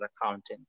accountant